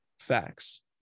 Facts